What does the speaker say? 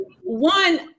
one